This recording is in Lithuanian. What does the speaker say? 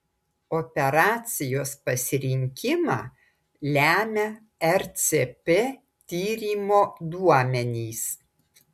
operacijos pasirinkimą lemia ercp tyrimo duomenys